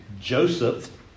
Joseph